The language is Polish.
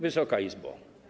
Wysoka Izbo!